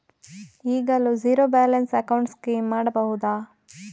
ಈಗಲೂ zero balance account scheme ಮಾಡಬಹುದಾ?